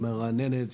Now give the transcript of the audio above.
המרעננת,